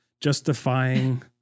justifying